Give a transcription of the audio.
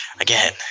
again